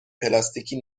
پلاستیکی